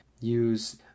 use